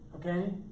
Okay